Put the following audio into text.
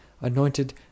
anointed